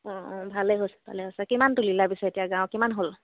অঁ অঁ ভালে হৈছে ভালে হৈছে কিমান তুলিলা পিছে এতিয়া গাঁৱৰ কিমান হ'ল